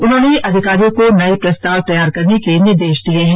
उन्होंने अधिकारियों को नए प्रस्ताव तैयार करने के निर्देश दिए हैं